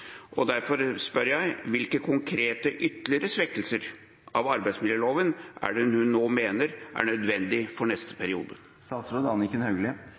Hvilke konkrete ytterligere svekkelser av arbeidsmiljøloven er det hun mener er nødvendig neste periode?» La meg innledningsvis si at jeg har stor respekt for